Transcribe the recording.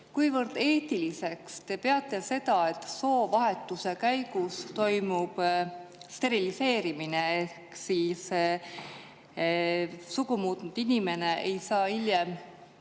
kuivõrd eetiliseks te peate seda, et soovahetuse käigus toimub steriliseerimine ehk siis sugu muutnud inimene ei saa hiljem